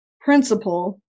principle